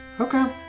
Okay